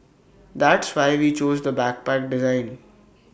that's why we chose the backpack design